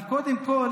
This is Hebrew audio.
אבל קודם כול